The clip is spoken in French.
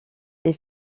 les